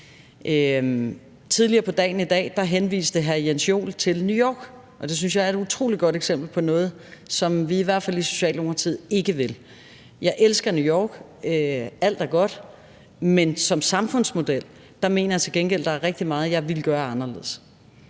Tidligere på dagen henviste hr. Jens Joel til New York, og det synes jeg er et utrolig godt eksempel på noget, som vi i Socialdemokratiet i hvert fald ikke vil. Jeg elsker New York, alt er godt, men som samfundsmodel mener jeg til gengæld, at der er rigtig meget, som jeg ville gøre anderledes.